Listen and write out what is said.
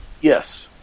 Yes